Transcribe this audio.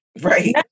Right